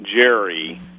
Jerry